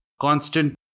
constant